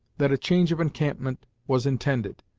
that a change of encampment was intended,